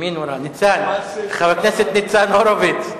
חבר הכנסת ניצן הורוביץ,